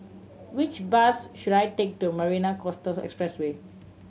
which bus should I take to Marina Coastal Expressway